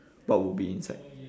what would be inside